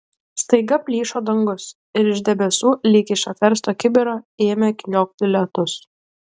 staiga plyšo dangus ir iš debesų lyg iš apversto kibiro ėmė kliokti lietus